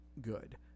good